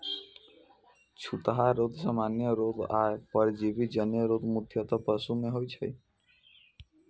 छूतहा रोग, सामान्य रोग आ परजीवी जन्य रोग मुख्यतः पशु मे होइ छै